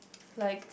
like